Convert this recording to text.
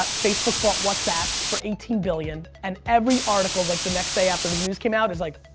ah facebook bought whatsapp for eighteen billion. and every article like the next day after the news came out, is like,